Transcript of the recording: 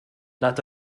nad